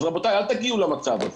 אז רבותיי, אל תגיעו למצב הזה.